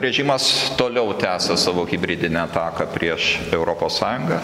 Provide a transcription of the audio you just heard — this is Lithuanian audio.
režimas toliau tęsia savo hibridinę ataką prieš europos sąjungą